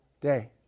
day